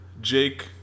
Jake